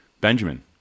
Benjamin